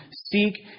Seek